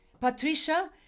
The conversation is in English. Patricia